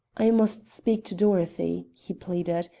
i must speak to dorothy, he pleaded,